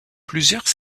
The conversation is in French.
plusieurs